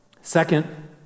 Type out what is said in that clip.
Second